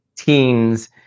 teens